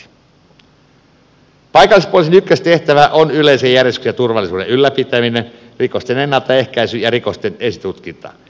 paikallispoliisin ykköstehtävä on yleisen järjestyksen ja turvallisuuden ylläpitäminen rikosten ennaltaehkäisy ja rikosten esitutkinta